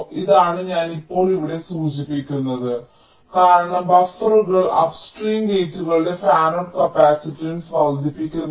ഇതാണ് ഞാൻ ഇപ്പോൾ ഇവിടെ സൂചിപ്പിക്കുന്നത് കാരണം ബഫറുകൾ അപ്സ്ട്രീം ഗേറ്റുകളുടെ ഫാനൌട്ട് കപ്പാസിറ്റൻസ് വർദ്ധിപ്പിക്കുന്നില്ല